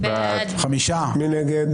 מי נגד?